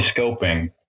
scoping